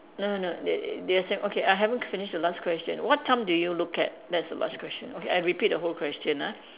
no no no they they are saying okay I haven't finish the last question what time do you look at that's the last question okay I repeat the whole question ah